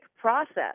process